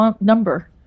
number